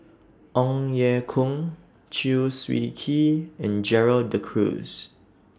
Ong Ye Kung Chew Swee Kee and Gerald De Cruz